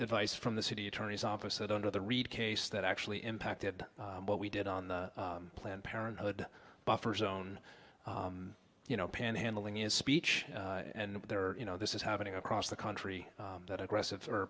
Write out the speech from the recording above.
advice from the city attorney's office that under the read case that actually impacted what we did on the planned parenthood buffer zone you know panhandling is speech and there are you know this is happening across the country that aggressive